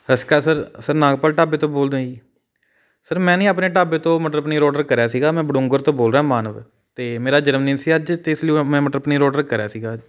ਸਤਿ ਸ਼੍ਰੀ ਅਕਾਲ ਸਰ ਸਰ ਨਾਗਪੁਰ ਢਾਬੇ ਤੋਂ ਬੋਲਦੇ ਹੋ ਜੀ ਸਰ ਮੈਂ ਨੀ ਆਪਣੇ ਢਾਬੇ ਤੋਂ ਮਟਰ ਪਨੀਰ ਔਡਰ ਕਰਿਆ ਸੀਗਾ ਮੈਂ ਬਡੂੰਗਰ ਤੋਂ ਬੋਲ ਰਿਹਾ ਮਾਨਵ ਅਤੇ ਮੇਰਾ ਜਨਮ ਦਿਨ ਸੀ ਅੱਜ ਅਤੇ ਇਸ ਲਈ ਮੈਂ ਮਟਰ ਪਨੀਰ ਔਡਰ ਕਰਿਆ ਸੀਗਾ